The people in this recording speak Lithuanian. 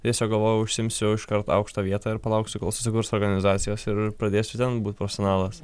tiesiog galvojau užsiimsiu iškart aukštą vietą ir palauksiu kol susikurs organizacijos ir pradėsiu ten būt profesionalas